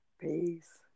peace